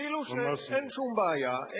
כאילו אין שום בעיה,